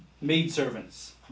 maidservants